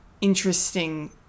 interesting